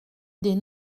des